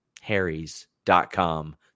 Harry's.com